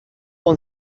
one